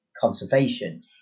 conservation